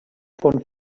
von